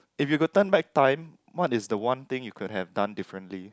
if you could turn back time what is the one thing you could have done differently